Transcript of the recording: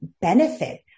benefit